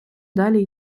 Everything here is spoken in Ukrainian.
далі